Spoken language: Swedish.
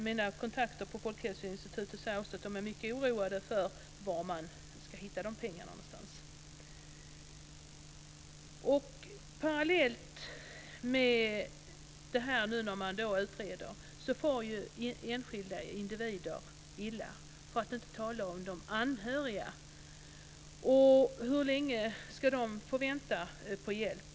Mina kontakter på Folkhälsoinstitutet säger också att de är mycket oroade över var man ska hitta dessa pengar. Parallellt med att utredningen pågår far enskilda individer illa, för att inte tala om de anhöriga. Hur länge ska de behöva vänta på hjälp?